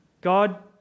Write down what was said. God